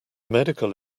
medical